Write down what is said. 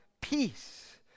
peace